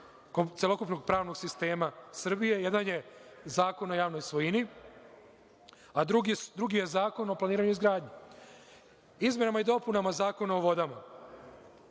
celokupnog pravnog sistema Srbije. Jedan je Zakon o javnoj svojini, a drugi je Zakon o planiranju i izgradnji. Izmenama i dopunama Zakona o vodama